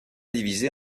divisés